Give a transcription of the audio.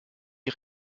die